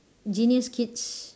genius kids